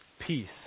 peace